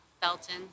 Belton